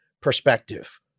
perspective